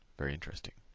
very interesting.